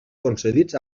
concedits